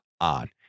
on